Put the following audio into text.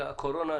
והקורונה,